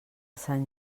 sant